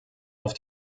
auf